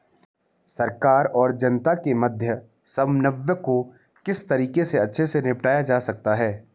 सरकार और जनता के मध्य समन्वय को किस तरीके से अच्छे से निपटाया जा सकता है?